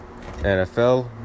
NFL